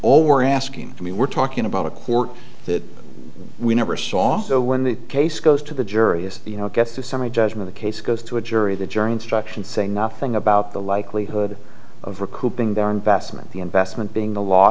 all we're asking i mean we're talking about a court that we never saw though when the case goes to the jury is you know gets the summary judgment the case goes to a jury the jury instruction saying nothing about the likelihood of recouping their investment the investment being